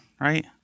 right